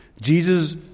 Jesus